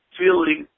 feeling